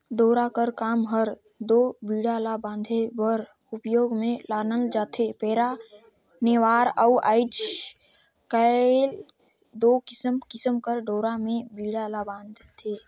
डोरा कर काम हर दो बीड़ा ला बांधे बर उपियोग मे लानल जाथे पैरा, नेवार अउ आएज काएल दो किसिम किसिम कर डोरा मे बीड़ा ल बांधथे